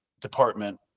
department